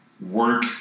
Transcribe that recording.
work